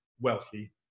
wealthy